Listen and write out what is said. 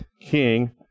king